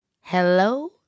Hello